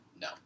No